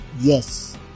Yes